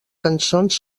cançons